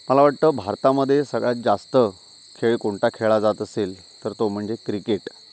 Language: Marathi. मला वाटतं भारतामध्ये सगळ्यात जास्त खेळ कोणता खेळला जात असेल तर तो म्हणजे क्रिकेट